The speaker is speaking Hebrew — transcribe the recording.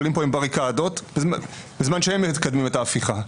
עולים כאן עם בריקדות בזמן שהם מקדמים את ההפיכה.